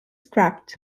scrapped